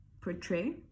portray